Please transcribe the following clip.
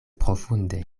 profunde